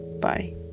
bye